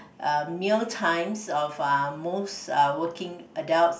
uh meal times of uh most uh working adults